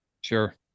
Sure